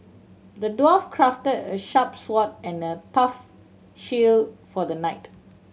the dwarf crafted a sharp sword and a tough shield for the knight